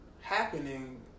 happening